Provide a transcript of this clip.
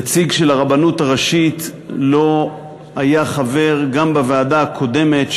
נציג של הרבנות הראשית לא היה חבר גם בוועדה הקודמת,